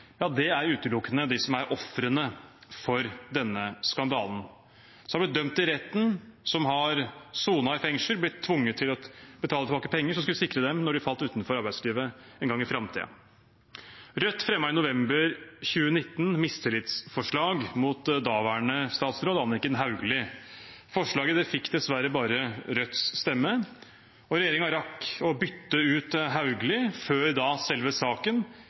er utelukkende de som er ofrene for denne skandalen, som har blitt dømt i retten, som har sonet i fengsel og blitt tvunget til å betale tilbake penger som skulle sikre dem når de falt ut av arbeidslivet en gang i framtiden. Rødt fremmet i november 2019 mistillitsforslag mot daværende statsråd Anniken Hauglie. Forslaget fikk dessverre bare Rødts stemme, og regjeringen rakk å bytte ut Hauglie før selve saken